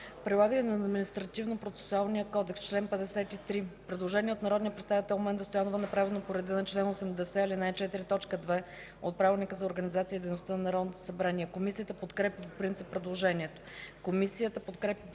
„Прилагане на Административнопроцесуалния кодекс”. Член 53 – предложение от народния представител Менда Стоянова, направено по реда на чл. 80, ал. 4, т. 2 от Правилника за организацията и дейността на Народното събрание. Комисията подкрепя по принцип предложението.